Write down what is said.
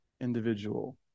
individual